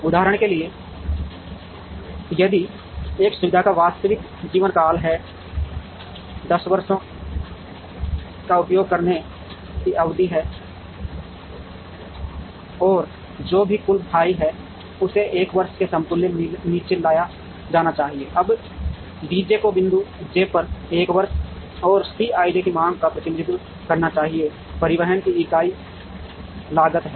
उदाहरण के लिए यदि इस सुविधा का वास्तविक जीवन काल है या 10 वर्षों का उपयोग करने की अवधि है और जो भी कुल फाई है उसे 1 वर्ष के समतुल्य नीचे लाया जाना चाहिए अब dj को बिंदु j पर 1 वर्ष और C ij की मांग का प्रतिनिधित्व करना चाहिए परिवहन की इकाई लागत है